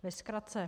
Ve zkratce.